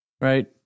right